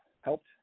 helped